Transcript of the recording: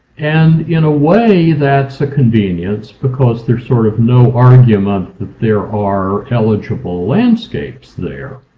and in a way that's a convenience because there's sort of no argument that there are eligible landscapes there.